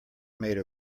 made